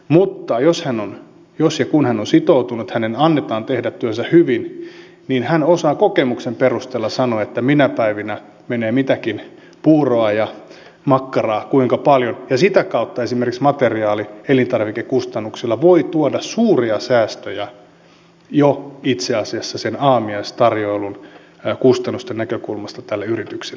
mutta jos ja kun hän on sitoutunut hänen annetaan tehdä työnsä hyvin niin hän osaa kokemuksen perusteella sanoa minä päivinä menee mitäkin puuroa ja makkaraa kuinka paljon ja sitä kautta esimerkiksi materiaali elintarvikekustannuksilla voi tuoda suuria säästöjä jo itse asiassa sen aamiaistarjoilun kustannusten näkökulmasta tälle yritykselle